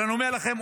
אני אומר לכם,